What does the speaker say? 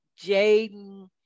Jaden